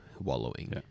wallowing